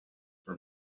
for